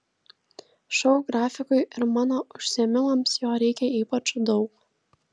šou grafikui ir mano užsiėmimams jo reikia ypač daug